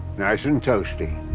nice and toasty